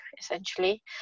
essentially